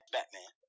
Batman